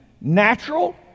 natural